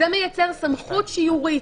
זה מייצר סמכות שיורית.